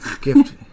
gift